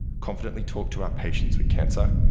confidently talk to our patients with cancer,